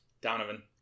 Donovan